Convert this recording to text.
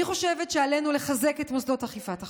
אני חושבת שעלינו לחזק את מוסדות אכיפת החוק,